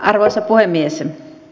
arvoisa puhemies